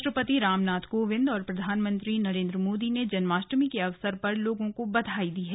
राष्ट्रपति रामनाथ कोविंद और प्रधानमंत्री नरेन्द्र मोदी ने जन्माष्टमी के अवसर पर लोगों को बधाई दी है